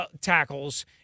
tackles